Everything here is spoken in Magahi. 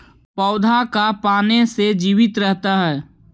पौधा का पाने से जीवित रहता है?